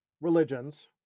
religions